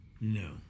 No